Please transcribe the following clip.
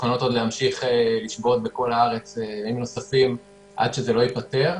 מוכנות להמשיך לשבות עוד בכל הארץ ימים נוספים עד שזה ייפתר.